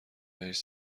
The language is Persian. بهش